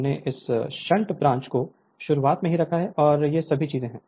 हमने इस shunt branch को शुरुआत में ही रखा है और ये सभी चीजें हैं